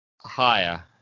higher